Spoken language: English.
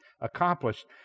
accomplished